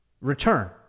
return